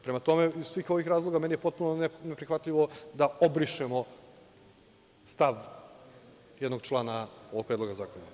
Prema tome, iz svih ovih razloga, meni je potpuno neprihvatljivo da obrišemo stav jednog člana ovog predloga zakona.